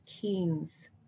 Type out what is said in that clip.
Kings